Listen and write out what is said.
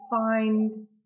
find